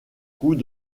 coûts